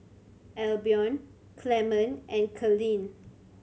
Albion Clement and Collin